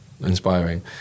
inspiring